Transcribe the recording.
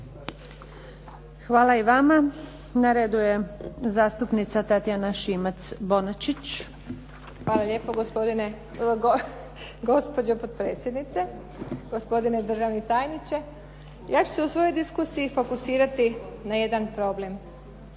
Hvala i vama. Na redu je zastupnica Tatjana Šimac-Bonačić. **Šimac Bonačić, Tatjana (SDP)** Hvala lijepo gospođo potpredsjednice, gospodine državni tajniče. Ja ću se u svojoj diskusiji fokusirati na jedan problem.